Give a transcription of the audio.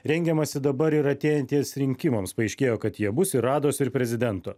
rengiamasi dabar ir atėjantiems rinkimams paaiškėjo kad jie bus ir rados ir prezidento